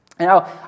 Now